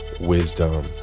wisdom